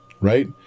Right